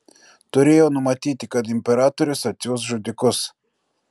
turėjau numatyti kad imperatorius atsiųs žudikus